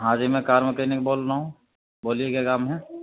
ہاں جی میں کار میکنک بول رہا ہوں بولیے کیا کام ہے